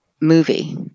movie